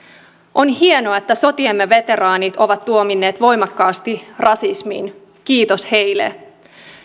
on hienoa että sotiemme veteraanit ovat tuominneet voimakkaasti rasismin kiitos heille